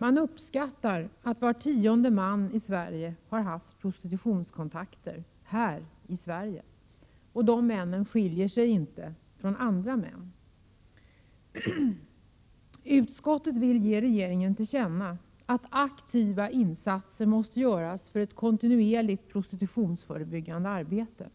Man uppskattar att var tionde man haft prostitutionskontakter här i Sverige, och dessa män skiljer sig inte från andra män. Utskottet vill ge regeringen till känna att aktiva insatser måste göras för ett kontinuerligt prostitutionsförebyggande arbete.